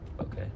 okay